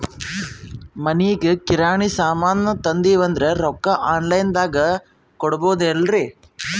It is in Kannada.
ಮನಿಗಿ ಕಿರಾಣಿ ಸಾಮಾನ ತಂದಿವಂದ್ರ ರೊಕ್ಕ ಆನ್ ಲೈನ್ ದಾಗ ಕೊಡ್ಬೋದಲ್ರಿ?